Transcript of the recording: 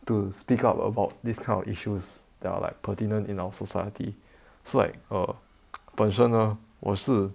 to speak up about this kind of issues that are like pertinent in our society so like err 本身呢我是